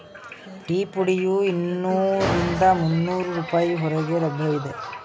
tea ಪುಡಿಯು ಇನ್ನೂರರಿಂದ ಮುನ್ನೋರು ರೂಪಾಯಿ ಹೊರಗೆ ಲಭ್ಯವಿದೆ